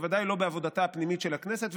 בוודאי לא בעבודתה הפנימית של הכנסת?